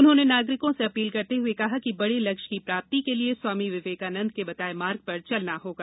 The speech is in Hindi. उन्होंने नागरिकों से अपील करते हुए कहा कि बड़े लक्ष्य की प्राप्ति के लिए स्वामी विवेकानन्द के बताये मार्ग पर चलना होगा